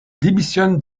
démissionne